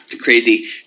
crazy